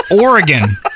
Oregon